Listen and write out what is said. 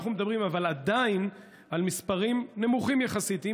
אבל עדיין אנחנו מדברים על מספרים נמוכים יחסית.